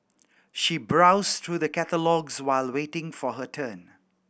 she browsed through the catalogues while waiting for her turn